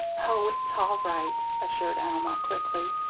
oh, it's all right, assured alma, quickly,